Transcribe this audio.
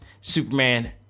Superman